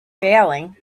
failing